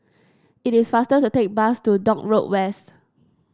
it is faster to take the bus to Dock Road West